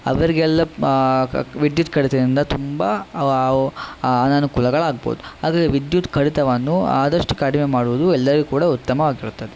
ಅವರಿಗೆಲ್ಲ ವಿದ್ಯುತ್ ಕಡಿತದಿಂದ ತುಂಬ ಅನನುಕೂಲಗಳಾಗ್ಬೋದು ಹಾಗಾಗಿ ವಿದ್ಯುತ್ ಕಡಿತವನ್ನು ಆದಷ್ಟು ಕಡಿಮೆ ಮಾಡುವುದು ಎಲ್ಲರಿಗೂ ಕೂಡ ಉತ್ತಮವಾಗಿರುತ್ತದೆ